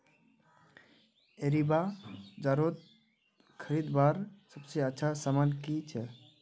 एग्रीबाजारोत खरीदवार सबसे अच्छा सामान की छे?